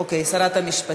אוקיי, שרת המשפטים.